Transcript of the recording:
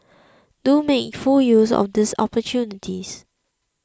do make full use of these opportunities